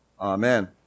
Amen